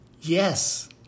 Yes